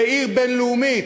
עיר בין-לאומית,